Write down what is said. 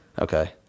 Okay